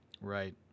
Right